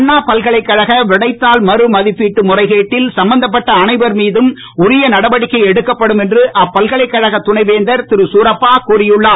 அண்ணா பல்கலைக்கழக விடைத்தாள் மறுமதிப்பீட்டு முறைகேட்டில் சம்பந்தப்பட்ட அனைவர் மீதும் உரிய நடவடிக்கை எடுக்கப்படும் என்று அப்பல்கலைக்கழக துணைவேந்தர் திருதூரப்பா கூறியுள்ளார்